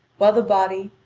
while the body,